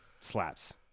slaps